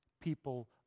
people